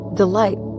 delight